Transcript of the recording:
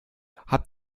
habt